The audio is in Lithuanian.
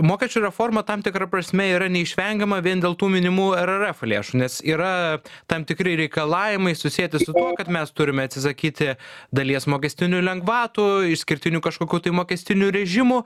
mokesčių reforma tam tikra prasme yra neišvengiama vien dėl tų minimų rrf lėšų nes yra tam tikri reikalavimai susieti su tuo kad mes turime atsisakyti dalies mokestinių lengvatų išskirtinių kažkokių tai mokestinių režimų